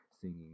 singing